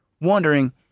wondering